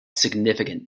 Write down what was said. significant